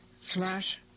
slash